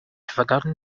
forgotten